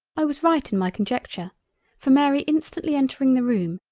i was right in my conjecture for mary instantly entering the room,